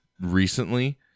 recently